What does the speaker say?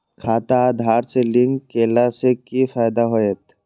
खाता आधार से लिंक केला से कि फायदा होयत?